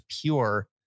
pure